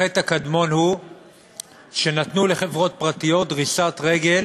החטא הקדמון הוא שנתנו לחברות פרטיות דריסת רגל